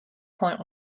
point